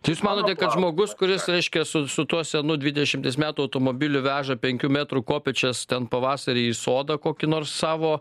tai jūs manote kad žmogus kuris reiškia su su tuo senu dvidešimties metų automobiliu veža penkių metrų kopėčias ten pavasarį į sodą kokį nors savo